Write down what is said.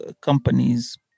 companies